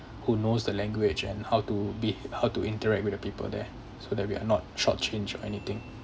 who knows the language and how to be how to interact with the people there so that we are not short change or anything